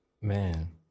Man